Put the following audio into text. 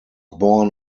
born